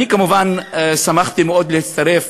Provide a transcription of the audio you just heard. אני כמובן שמחתי מאוד להצטרף